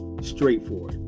straightforward